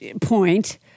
point